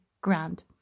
grand